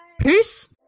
Peace